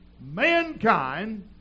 mankind